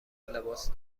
لباس